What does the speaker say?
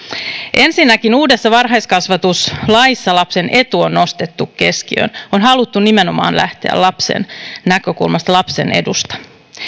ensinnäkin uudessa varhaiskasvatuslaissa lapsen etu on nostettu keskiöön on haluttu nimenomaan lähteä lapsen näkökulmasta lapsen edusta